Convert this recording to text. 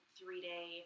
three-day